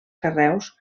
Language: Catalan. carreus